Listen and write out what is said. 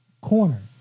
corner